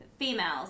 Females